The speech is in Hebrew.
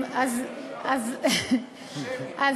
תספרי על